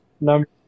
Number